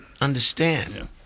understand